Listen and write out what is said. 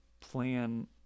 plan